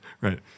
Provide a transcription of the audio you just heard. Right